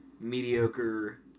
mediocre